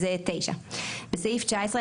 אז 9. בסעיף 19,